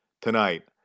tonight